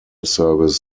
service